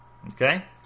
Okay